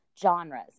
genres